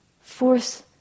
force